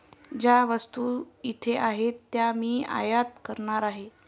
ज्या वस्तू इथे आहेत त्या मी आयात करणार आहे